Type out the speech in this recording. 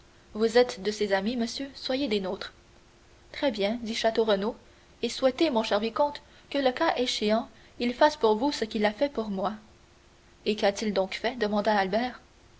vous êtes de ses amis monsieur soyez des nôtres très bien dit château renaud et souhaitez mon cher vicomte que le cas échéant il fasse pour vous ce qu'il a fait pour moi et qu'a-t-il donc fait demanda albert